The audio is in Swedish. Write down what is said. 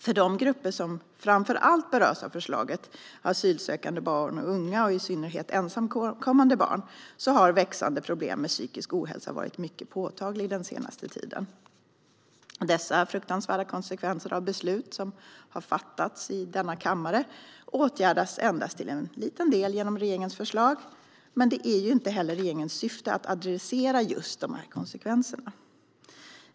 För de grupper som framför allt berörs av förslaget - asylsökande barn och unga, och i synnerhet ensamkommande barn - har växande problem med psykisk ohälsa varit mycket påtagliga den senaste tiden. Dessa fruktansvärda konsekvenser av beslut som har fattats i denna kammare åtgärdas endast till en liten del genom regeringens förslag. Men det är inte heller regeringens syfte att adressera just dessa konsekvenser.